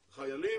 חיילים.